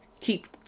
keep